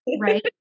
Right